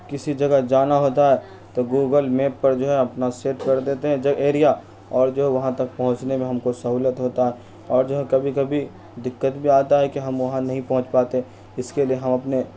کسی جگہ جانا ہوتا ہے تو گوگل میپ پر جو ہے اپنا سیٹ کر دیتے ہیں ایریا اور جو ہے وہاں تک پہنچنے میں ہم کو سہولت ہوتا ہے اور جو ہے کبھی کبھی دقت بھی آتا ہے کہ ہم وہاں نہیں پہنچ پاتے اس کے لیے ہم اپنے